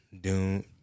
Dune